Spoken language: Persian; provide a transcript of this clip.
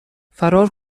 فرار